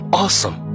awesome